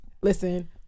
listen